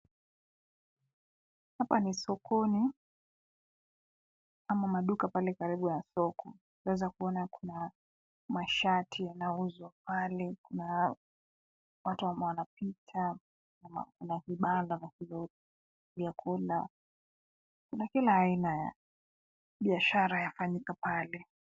Hapa ni sokoni ama maduka pale karibu na soko, tunaweza tukaona kuna mashati yanauzwa pale kuna watu ambao wanapita kwenye vibanda vya kidogo, vyakula na kila aina ya biashara yafanyika pale.